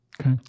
Okay